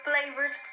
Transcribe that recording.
flavors